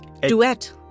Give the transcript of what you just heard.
Duet